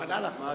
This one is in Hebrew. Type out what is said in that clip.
הוא ענה לך.